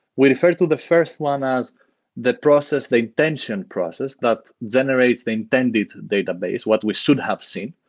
we refer to the first one as the process, the intension process that generates the intended database. what we should have seen.